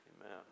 amen